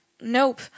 nope